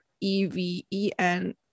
E-V-E-N